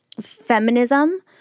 feminism